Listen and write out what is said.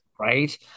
Right